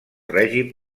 règim